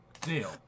Deal